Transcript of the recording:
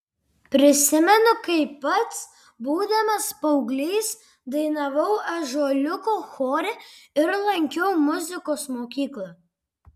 prisimenu kaip pats būdamas paauglys dainavau ąžuoliuko chore ir lankiau muzikos mokyklą